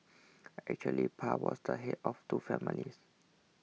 actually Pa was the head of two families